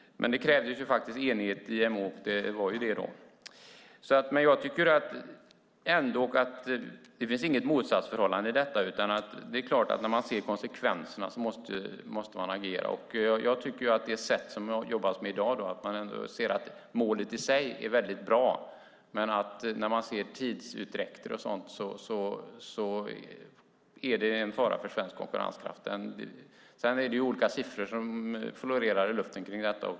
Det krävdes enighet i IMO, och det var det också. Jag tycker ändå inte att det finns något motsatsförhållande i detta. När man ser konsekvenserna är det klart att man måste agera. Man ser att målet i sig är väldigt bra men att tidsutdräkter och sådant är en fara för svensk konkurrenskraft. Sedan är det olika siffror som florerar i luften kring detta.